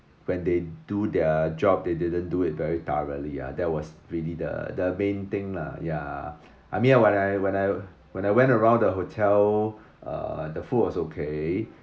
when they do their job they didn't do it very thoroughly ah that was really the the main thing lah ya I mean when I when I when I went around the hotel uh the food was okay